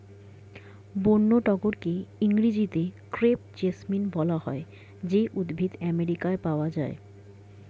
বন্য টগরকে ইংরেজিতে ক্রেপ জেসমিন বলা হয় যে উদ্ভিদ আমেরিকায় পাওয়া যায়